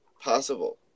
possible